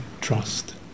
trust